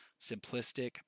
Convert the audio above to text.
simplistic